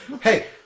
Hey